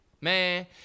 Man